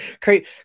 create